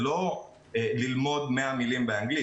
זה לא ללמוד 100 מילים באנגלית,